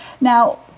Now